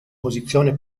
posizione